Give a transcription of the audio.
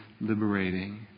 liberating